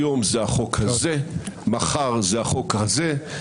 היום זה החוק הזה, מחר זה החוק הזה.